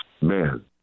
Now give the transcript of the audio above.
man